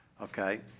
Okay